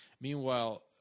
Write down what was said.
Meanwhile